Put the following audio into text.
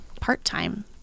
part-time